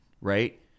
right